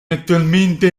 attualmente